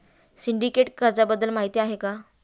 Syndicate कर्जाबद्दल माहिती आहे का?